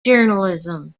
journalism